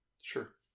Sure